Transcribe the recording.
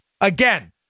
Again